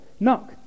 Knock